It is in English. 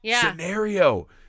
scenario